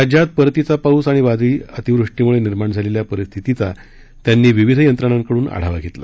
राज्यात परतीचा पाऊस आणि वादळी अतिवृष्टीमुळे निर्माण झालेल्या परिस्थितीचा त्यांनी विविध यंत्रणांकडून आढावा घेतला